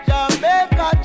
Jamaica